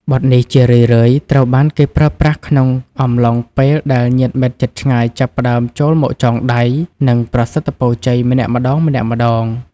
បទនេះជារឿយៗត្រូវបានគេប្រើប្រាស់ក្នុងអំឡុងពេលដែលញាតិមិត្តជិតឆ្ងាយចាប់ផ្តើមចូលមកចងដៃ និងប្រសិទ្ធពរជ័យម្នាក់ម្តងៗ។